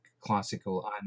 classical